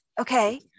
Okay